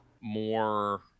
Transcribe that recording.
more